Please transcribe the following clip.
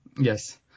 Yes